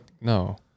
no